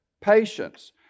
patience